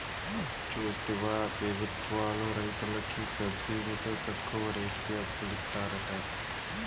చూస్తివా పెబుత్వాలు రైతులకి సబ్సిడితో తక్కువ రేటుకి అప్పులిత్తారట